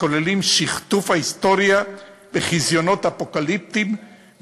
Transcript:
הכוללים שכתוב ההיסטוריה וחזיונות אפוקליפטיים,